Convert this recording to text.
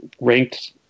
ranked